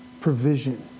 provision